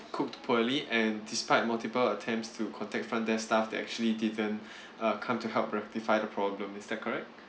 cooked poorly and despite multiple attempts to contact front desk staff they actually didn't uh come to help rectify the problem is that correct